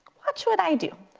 watch what i do.